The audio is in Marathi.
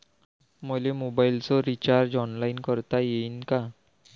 मले मोबाईलच रिचार्ज ऑनलाईन करता येईन का?